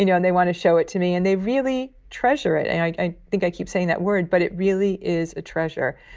you know and they want to show it to me and they really treasure it. and i think i keep saying that word but it really is a treasure.